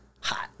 Hot